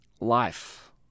life